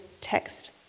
Text